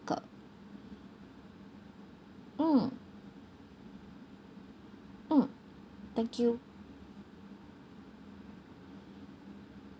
mm mm thank you